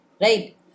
Right